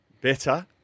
better